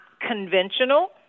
conventional